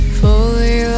fully